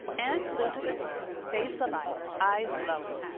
anne flew to the door, face alight, eyes glowing.